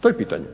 To je pitanje.